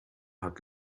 hat